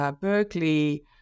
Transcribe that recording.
Berkeley